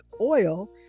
oil